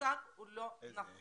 המושג אינו נכון